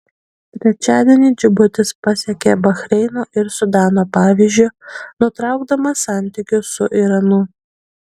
trečiadienį džibutis pasekė bahreino ir sudano pavyzdžiu nutraukdamas santykius su iranu